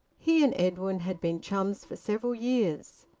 he and edwin had been chums for several years.